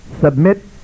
submit